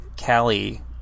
Callie